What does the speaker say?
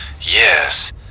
Yes